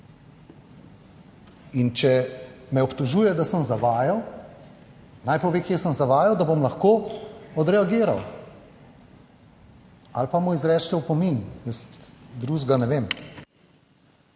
In če me obtožuje, da sem zavajal, naj pove kje sem zavajal, da bom lahko odreagiral ali pa mu izrečete opomin, jaz drugega ne vem.